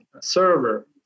server